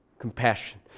compassion